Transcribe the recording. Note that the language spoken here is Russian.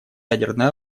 ядерное